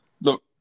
Look